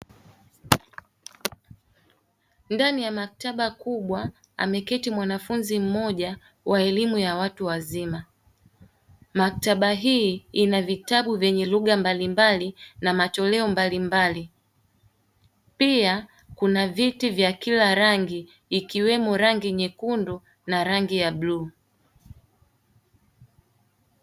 Ndani ya maktaba kubwa, ameketi mwanafunzi mmoja wa elimu ya watu wazima. Maktaba hii ina vitabu vya lugha mbalimbali na matoleo mbalimbali. Pia kuna viti vya kila rangi, ikiwemo rangi nyekundu na rangi ya bluu.